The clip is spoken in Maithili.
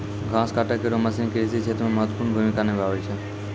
घास काटै केरो मसीन कृषि क्षेत्र मे महत्वपूर्ण भूमिका निभावै छै